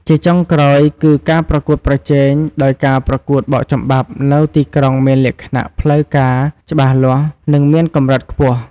ជាចុងក្រោយ គឺការប្រកួតប្រជែង ដោយការប្រកួតបោកចំបាប់នៅទីក្រុងមានលក្ខណៈ ផ្លូវការ ច្បាស់លាស់ និងមានកម្រិតខ្ពស់។